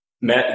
met